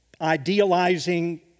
idealizing